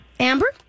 Amber